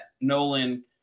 Nolan